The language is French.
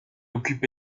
occupe